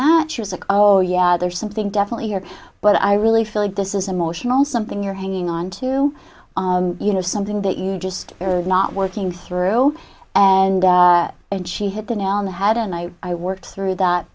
that she was a oh yeah there's something definitely here but i really feel like this is emotional something you're hanging on to you know something that you just are not working through and and she hit the nail on the head and i worked through that